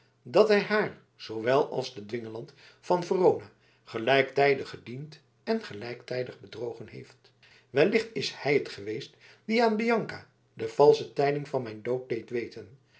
dat hij haar zoowel als den dwingeland van verona gelijktijdig gediend en gelijktijdig bedrogen heeft wellicht is hij het geweest die aan bianca de valsche tijding van mijn dood deed weten